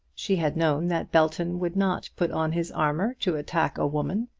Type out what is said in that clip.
she had known that belton would not put on his armour to attack a woman.